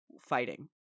fighting